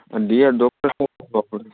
dear doctor Saheb